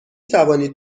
توانید